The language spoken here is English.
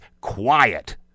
quiet